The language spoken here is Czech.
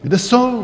Kde jsou?